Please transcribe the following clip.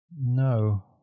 No